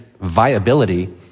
viability